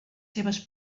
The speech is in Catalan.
seves